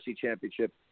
Championship